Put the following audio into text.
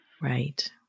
right